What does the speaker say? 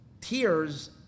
Tears